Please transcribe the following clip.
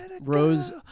Rose